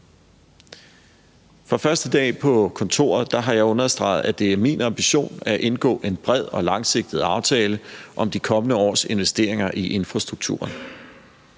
Fra første dag på kontoret har jeg understreget, at det er min ambition at indgå en bred og langsigtet aftale om de kommende års investeringer i infrastrukturen,